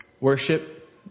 worship